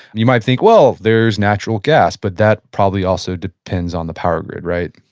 you might think, well, there's natural gas, but that probably also depends on the power grid. right?